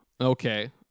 Okay